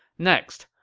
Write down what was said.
next,